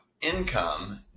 income